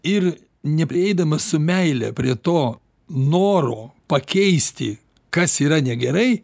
ir neprieidamas su meile prie to noro pakeisti kas yra negerai